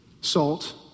salt